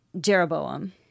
Jeroboam